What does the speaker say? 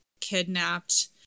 kidnapped